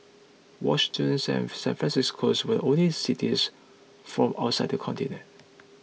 Washington San San Francisco's were the only cities from outside the continent